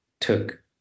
took